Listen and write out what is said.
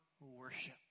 worship